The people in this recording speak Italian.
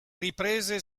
riprese